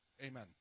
Amen